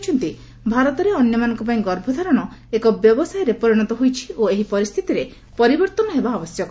କହିଛନ୍ତି ଭାରତରେ ଅନ୍ୟମାନଙ୍କ ପାଇଁ ଗର୍ଭ ଧାରଣ ଏକ ବ୍ୟବସାୟରେ ପରିଣତ ହୋଇଛି ଓ ଏହି ପରିସ୍ଥିତିରେ ପରିବର୍ତ୍ତନ ହେବା ଆବଶ୍ୟକ